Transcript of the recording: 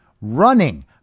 running